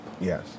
Yes